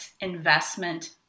investment